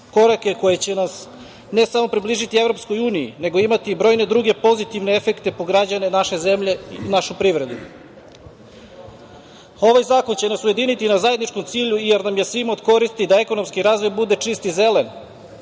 korake koje će nas, ne samo približiti EU, nego imati brojne druge pozitivne efekte po građane naše zemlje i našu privredu. Ovaj zakon će nas ujediniti na zajedničkom cilju, jer nam je svima od koristi da ekonomski razvij bude čist i zelen,